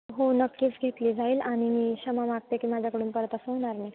हो नक्कीच घेतली जाईल आणि मी क्षमा मागते की माझ्याकडून परत असं होणार नाही